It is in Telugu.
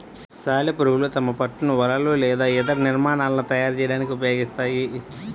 సాలెపురుగులు తమ పట్టును వలలు లేదా ఇతర నిర్మాణాలను తయారు చేయడానికి ఉపయోగిస్తాయి